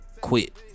Quit